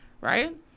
right